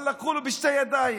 אבל לקחו לו בשתי ידיים.